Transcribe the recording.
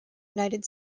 united